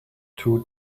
two